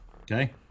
Okay